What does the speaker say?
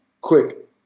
quick